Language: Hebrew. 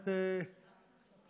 אין נמנעים.